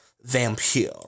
vampire